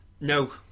No